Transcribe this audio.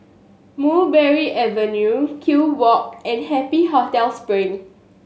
Mulberry Avenue Kew Walk and Happy Hotel Spring